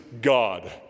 God